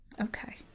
Okay